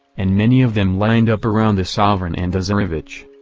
and many of them lined up around the sovereign and the tsarevitch,